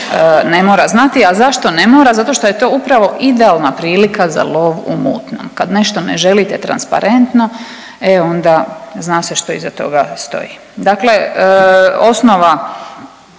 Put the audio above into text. ne mora znati. A zašto ne mora? Zato što je to upravo idealna prilika za lov u mutnom, kad nešto ne želite transparentno, e onda zna se što iza toga stoji. Dakle, osnova